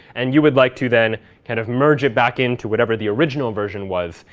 and you would like to then kind of merge it back into whatever the original version was.